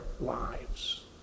lives